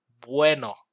bueno